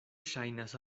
ŝajnas